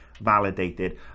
validated